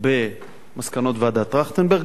במסקנות ועדת-טרכטנברג,